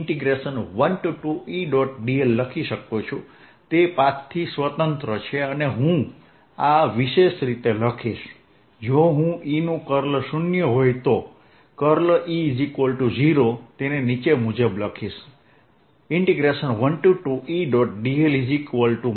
dl લખી શકું છું તે પાથથી સ્વતંત્ર છે અને હું આ વિશેષ રીતે લખીશ જો હું E નું કર્લ 0 હોય તો E0 તેને નીચે મુજબ લખીશ 12E